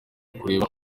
kureba